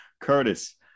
Curtis